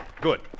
Good